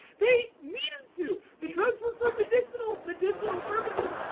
they needed to. the drugs were for medicinal medicinal purposes.